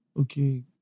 okay